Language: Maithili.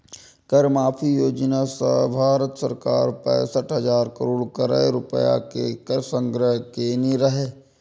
कर माफी योजना सं भारत सरकार पैंसठ हजार करोड़ रुपैया के कर संग्रह केने रहै